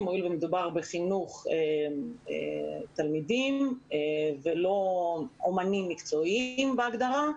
הואיל ומדובר בחינוך תלמידים ולא אומנים מקצועיים בהגדרה,